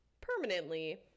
permanently